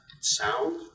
sound